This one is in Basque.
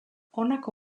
honako